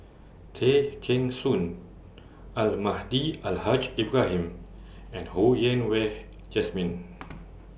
Tay Kheng Soon Almahdi Al Haj Ibrahim and Ho Yen Wah Jesmine